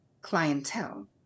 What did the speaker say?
clientele